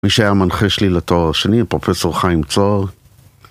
מי שהיה המנחה שלי לתואר השני הוא פרופסור חיים צהר